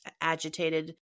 agitated